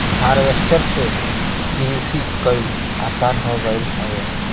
harvester से किरसी कईल आसान हो गयल हौवे